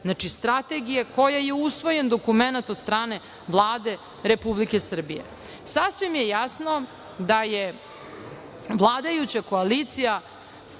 Znači, strategija koja je usvojen dokument od strane Vlade Republike Srbije. Sasvim je jasno da je vladajuća koalicija